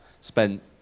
spent